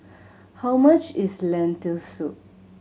how much is Lentil Soup